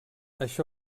això